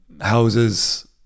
houses